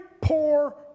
poor